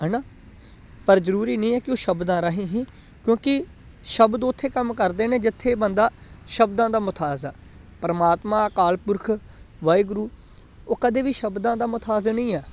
ਹੈ ਨਾ ਪਰ ਜ਼ਰੂਰੀ ਨਹੀਂ ਹੈ ਕਿ ਉਹ ਸ਼ਬਦਾਂ ਰਾਹੀਂ ਹੀ ਕਿਉਂਕਿ ਸ਼ਬਦ ਉੱਥੇ ਕੰਮ ਕਰਦੇ ਨੇ ਜਿੱਥੇ ਬੰਦਾ ਸ਼ਬਦਾਂ ਦਾ ਮੁਥਾਜ ਆ ਪਰਮਾਤਮਾ ਅਕਾਲ ਪੁਰਖ ਵਾਹਿਗੁਰੂ ਉਹ ਕਦੇ ਵੀ ਸ਼ਬਦਾਂ ਦਾ ਮੁਥਾਜ ਨਹੀਂ ਆ